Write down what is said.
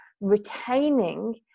retaining